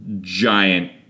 giant